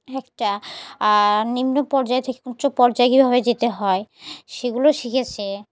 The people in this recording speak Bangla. একটা নিম্ন পর্যায়ে থেকে উচ্চ পর্যায়ে কীভাবে যেতে হয় সেগুলো শিখেছে